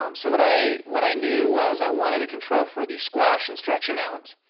um so what i, what i knew was, i wanted a control for the squash and stretch amount,